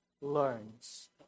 learns